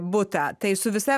butą tai su visa